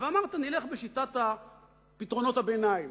אבל אמרת: נלך בשיטת פתרונות הביניים,